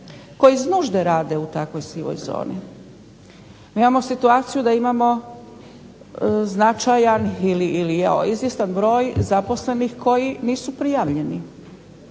koji iz nužde rade u takvoj sivoj zoni. Mi imamo situaciju da imamo značajan ili izvjestan broj zaposlenih koji nisu prijavljeni.